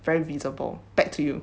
very visible back to you